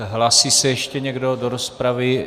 Hlásí se ještě někdo do rozpravy?